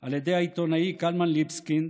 על ידי העיתונאי קלמן ליבסקינד,